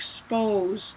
expose